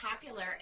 popular